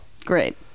Great